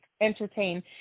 entertain